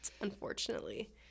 unfortunately